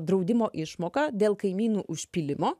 draudimo išmoką dėl kaimynų užpylimo